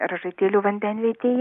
ražaitėlių vandenvietėje